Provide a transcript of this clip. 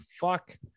fuck